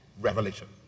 Revelation